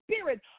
Spirit